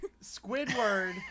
Squidward